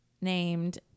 named